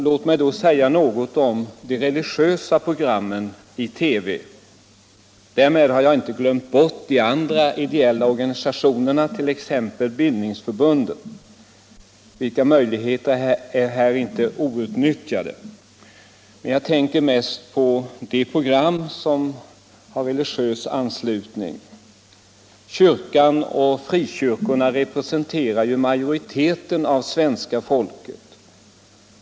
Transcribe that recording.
Låt mig då säga något om de religiösa programen i TV. Därmed har jag inte glömt de icke-religiösa ideella organisationerna, t.ex. bildningsförbunden. Vilka möjligheter är inte här outnyttjade! Men jag tänker nu närmast på de program som har religiös anknytning. Kyrkan och frikyrkorna representerar majoriteten av svenska folket.